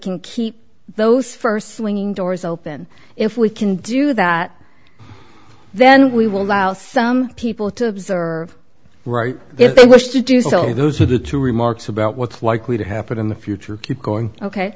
can keep those st swinging doors open if we can do that then we will allow some people to observe right if they wish to do so those are the two remarks about what's likely to happen in the future keep going ok